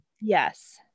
Yes